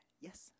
yes